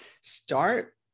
Start